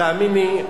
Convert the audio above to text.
תאמין לי,